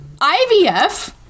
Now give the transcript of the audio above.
ivf